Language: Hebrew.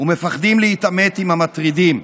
ומפחדים להתעמת עם המטרידים.